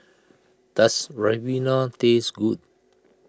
does Ribena taste good